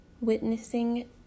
witnessing